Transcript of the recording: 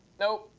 nope,